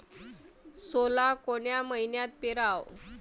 सोला कोन्या मइन्यात पेराव?